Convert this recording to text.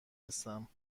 هستم